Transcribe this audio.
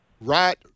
right